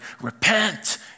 repent